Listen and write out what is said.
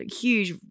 huge